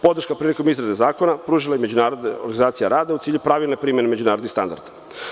Podršku prilikom izrade zakona pružila je Međunarodna organizacija rada u cilju pravilne primene međunarodnih standarda.